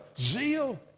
Zeal